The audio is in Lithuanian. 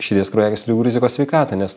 širdies kraujagyslių ligų rizikos sveikatai nes